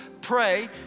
pray